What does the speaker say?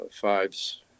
Fives